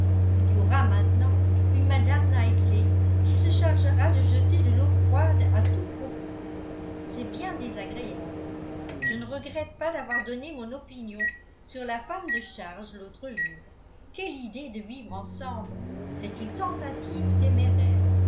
il y aura maintenant une mme knightley qui se chargera de jeter de l'eau froide à tout propos c'est bien désagréable je ne regrette pas d'avoir donné mon opinion sur la femme de charge l'autre jour quelle idée de vivre ensemble c'est une tentative téméraire